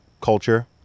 culture